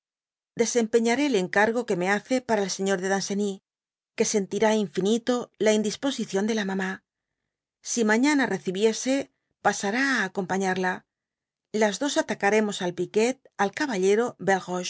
desempeñaré el encargo que me hace para el señor de danceny que sentira infinito la indisposición de la mamá si mafiana recibiese pasará á acompañarla las dos atacaremos al piquet al caballero